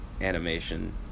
animation